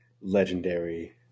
legendary